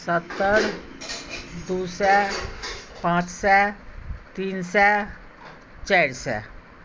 सत्तरि दू सए पाँच सए तीन सए चारि सए